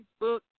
Facebook